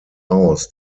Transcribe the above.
aus